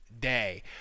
day